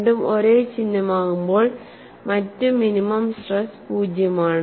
രണ്ടും ഒരേ ചിഹ്നമാകുമ്പോൾ മറ്റ് മിനിമം സ്ട്രെസ് പൂജ്യമാണ്